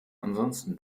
ansonsten